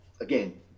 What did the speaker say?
again